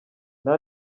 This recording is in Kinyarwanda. nta